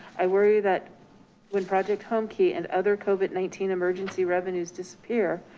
i worry that when project home key and other covid nineteen emergency revenues disappear,